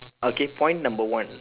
okay point number one